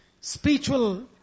spiritual